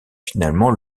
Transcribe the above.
finalement